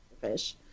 fish